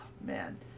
Man